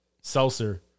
seltzer